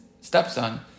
stepson